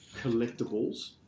collectibles